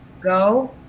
Go